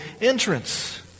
entrance